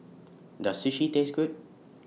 Does Sushi Taste Good